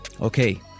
Okay